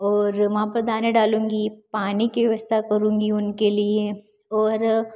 और वहाँ पर दाने डालूँगी पानी के व्यवस्था करूँगी उनके लिये और